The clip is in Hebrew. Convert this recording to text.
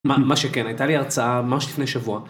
מה שכן, הייתה לי הרצאה ממש לפני שבוע.